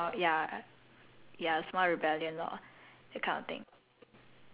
it's like I don't want to hide it so I I consider that as kind of like a small ya